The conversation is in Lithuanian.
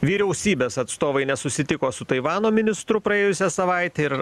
vyriausybės atstovai nesusitiko su taivano ministru praėjusią savaitę ir